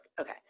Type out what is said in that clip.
Okay